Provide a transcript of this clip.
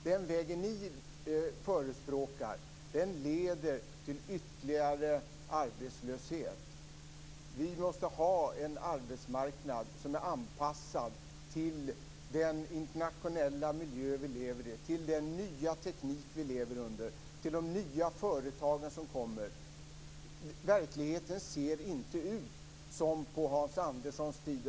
Den väg ni förespråkar leder till ytterligare arbetslöshet. Vi måste ha en arbetsmarknad som är anpassad till den internationella miljö vi lever i, till den nya teknik vi lever under och till de nya företag som kommer. Verkligheten ser inte ut som på den tid som Hans Andersson beskriver.